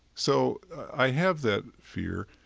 so i have that fear.